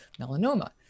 melanoma